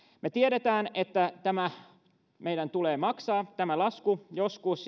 me tiedämme että meidän tulee maksaa tämä lasku joskus